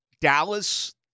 Dallas